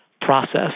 process